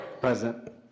Present